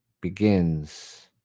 begins